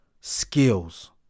Skills